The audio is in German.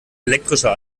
elektrische